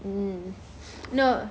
mm no